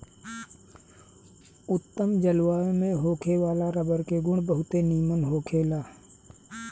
उत्तम जलवायु में होखे वाला रबर के गुण बहुते निमन होखेला